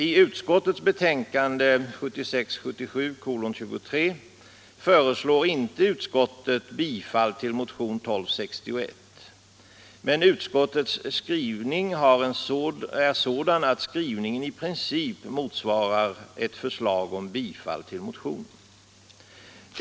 I utskottets betänkande 1976/77:23 föreslås inte bifall till motionen 1261, men utskottets skrivning är sådan att den i princip motsvarar ett förslag om bifall till motionen.